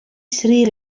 sri